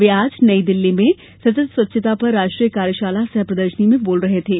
वे आज नई दिल्ली में सतत स्वच्छता पर राष्ट्रीय कार्यशाला सह प्रदर्शनी में बोल रहे थे